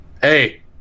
Hey